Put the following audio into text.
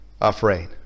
afraid